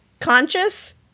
conscious